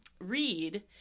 read